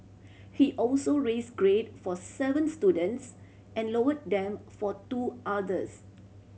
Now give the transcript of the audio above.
he also raised grade for seven students and lowered them for two others